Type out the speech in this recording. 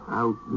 out